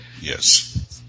yes